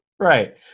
Right